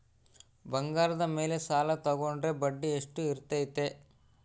ಬಂಗಾರದ ಮೇಲೆ ಸಾಲ ತೋಗೊಂಡ್ರೆ ಬಡ್ಡಿ ಎಷ್ಟು ಇರ್ತೈತೆ?